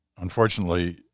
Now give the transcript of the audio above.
unfortunately